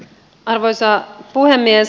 arvoisa puhemies